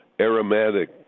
aromatic